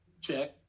Check